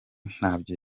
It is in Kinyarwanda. ntabyo